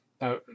Now